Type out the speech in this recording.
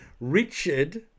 Richard